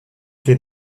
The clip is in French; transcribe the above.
fait